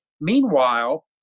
Meanwhile